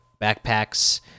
backpacks